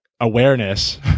awareness